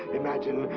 imagine,